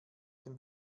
dem